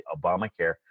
Obamacare